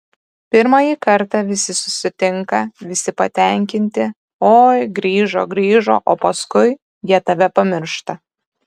pirmąjį kartą visi susitinka visi patenkinti oi grįžo grįžo o paskui jie tave pamiršta